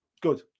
Good